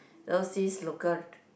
those see local d~